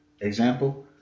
Example